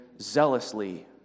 zealously